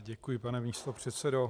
Děkuji, pane místopředsedo.